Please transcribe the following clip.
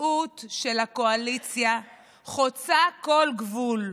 הצביעות של הקואליציה חוצה כל גבול.